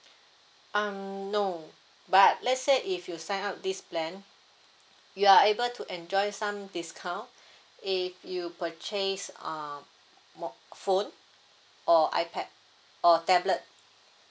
um no but let's say if you sign up this plan you are able to enjoy some discount if you purchase um phone or ipad or tablet